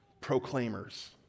proclaimers